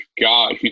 God